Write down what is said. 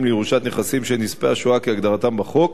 לירושת נכסים של נספי השואה כהגדרתם בחוק,